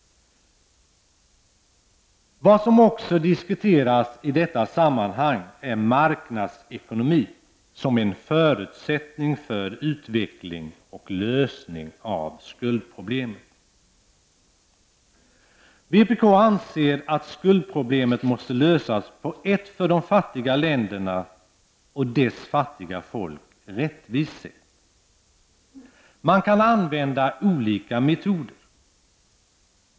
Vad som också diskuteras i detta sammanhang är marknadsekonomi som en förutsättning för utveckling och som en förutsättning för en lösning av skuldproblemet. Vpk anser att skuldproblemet måste lösas på ett för de fattiga länderna och deras fattiga folk rättvist sätt. Man kan använda olika metoder.